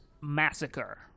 Massacre